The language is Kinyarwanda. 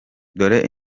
dore